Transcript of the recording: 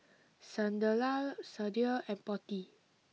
Sunderlal Sudhir and Potti